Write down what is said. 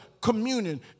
communion